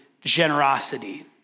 generosity